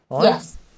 Yes